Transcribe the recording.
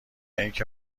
اینکه